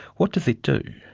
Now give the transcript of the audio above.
what does it do?